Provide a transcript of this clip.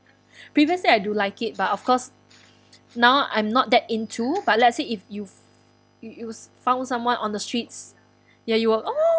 previously I do like it but of course now I'm not that into but let's say if you you you found someone on the streets ya you will oh